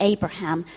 Abraham